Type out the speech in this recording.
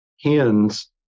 hens